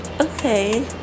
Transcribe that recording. Okay